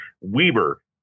Weber